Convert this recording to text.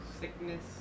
Sickness